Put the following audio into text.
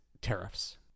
tariffs